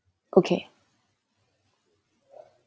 okay